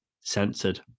censored